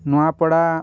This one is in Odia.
ନୂଆପଡ଼ା